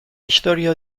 istorio